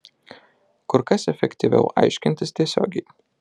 kur kas efektyviau aiškintis tiesiogiai